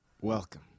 Welcome